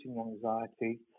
anxiety